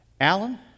Alan